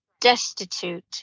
destitute